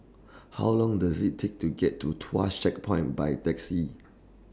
How Long Does IT Take to get to Tuas Checkpoint By Taxi